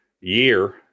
year